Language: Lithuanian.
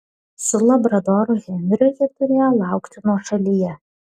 su labradoru henriu ji turėjo laukti nuošalyje